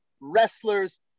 wrestlers